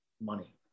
money